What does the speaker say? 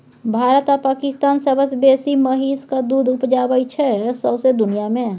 भारत आ पाकिस्तान सबसँ बेसी महिषक दुध उपजाबै छै सौंसे दुनियाँ मे